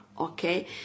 okay